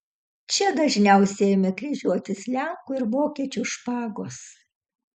čia dažniausiai ėmė kryžiuotis lenkų ir vokiečių špagos